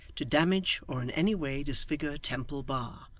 to damage or in any way disfigure temple bar,